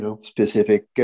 specific